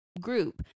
group